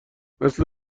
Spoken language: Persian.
مثل